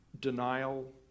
denial